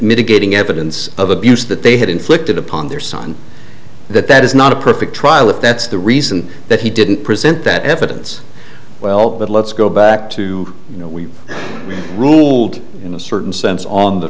mitigating evidence of abuse that they had inflicted upon their son that that is not a perfect trial if that's the reason that he didn't present that evidence well but let's go back to you know we've ruled in a certain sense on the